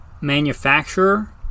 manufacturer